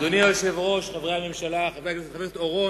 אדוני היושב-ראש, חברי הממשלה, חבר הכנסת אורון,